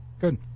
Good